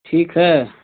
ठीक है